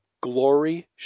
glory